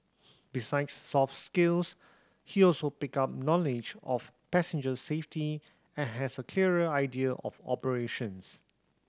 besides soft skills he also picked up knowledge of passenger safety and has a clearer idea of operations